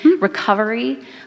recovery